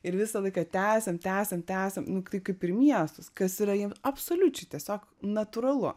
ir visą laiką tęsiam tęsiam tęsiam nu tai kaip ir miestus kas yra jiem absoliučiai tiesiog natūralu